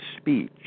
speech